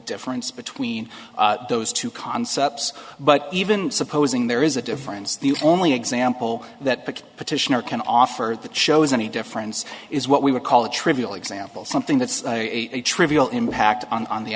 difference between those two concepts but even supposing there is a difference the only example that the petitioner can offer that shows any difference is what we would call a trivial example something that's a trivial impact on